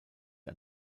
ein